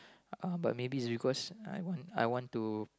uh but maybe is because I want I want to